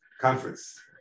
conference